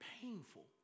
painful